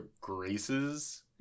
graces